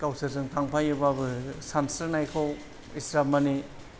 गावसोरजों थांफायोब्लाबो सानस्रिनायखौ एसेग्राब मानि